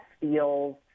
feels